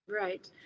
Right